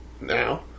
now